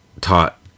taught